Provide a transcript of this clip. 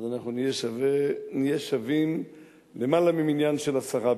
אז אנחנו נהיה שווים למעלה ממניין של עשרה,